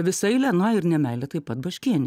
visa eilė na ir nemeilė taip pat baškienei